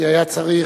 כי היה צריך,